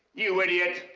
you idiot!